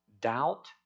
doubt